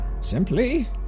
simply